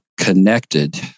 connected